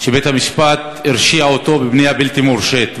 ובית-המשפט הרשיע אותו בבנייה בלתי מורשית.